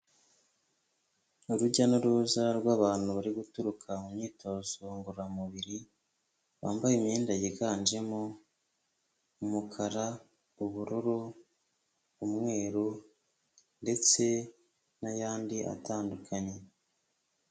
Urujya n'uruza rw'abantu bari guturuka mu myitozo ngororamubiri bambaye imyenda yiganjemo umukara, ubururu, umweru ndetse n'ayandi atandukanye.